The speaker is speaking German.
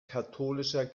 katholischer